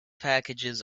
packages